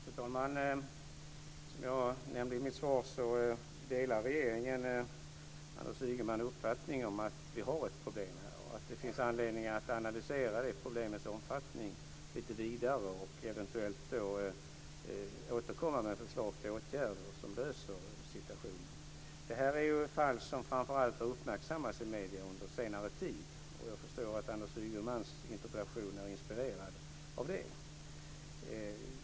Fru talman! Som jag nämnde i mitt svar delar regeringen Anders Ygemans uppfattning om att vi har ett problem och att det finns anledning att analysera det problemets omfattning lite vidare och eventuellt återkomma med förslag till åtgärder som löser problemet. Det här är ju fall som framför allt har uppmärksammats i medierna under senare tid. Och jag förstår att Anders Ygemans interpellation är inspirerad av det.